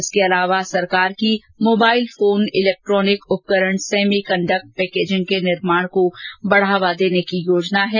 इसके अलावा सरकार की मोबाईल फोन इलेक्ट्रोनिक उपकरण सैमी कंडक्ट पैकेजिंग के विनिर्माण को बढावा देने के लिए योजना है